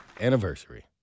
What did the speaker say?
anniversary